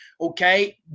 Okay